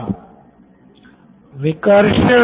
professor विकर्षण